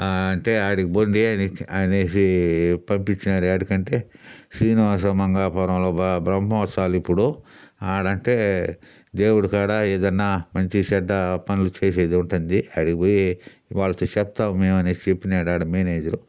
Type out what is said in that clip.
అంటే ఆడికి పోండి అనేసి పంపించినారు ఎక్కడికంటే శ్రీనివాసమంగాపురంలో బ్ర బ్రహ్మోత్సవాలు ఇప్పుడు ఆడంటే దేవుడికాడ ఏదన్నా మంచి చెడ్డ పనులు చేసేది ఉంటుంది ఆడికిపోయి వాళ్ళతో చెప్తాం మేము అనేసి చెప్పినాడు ఆడ మేనేజరు